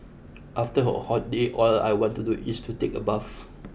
after a hot day all I want to do is to take a bath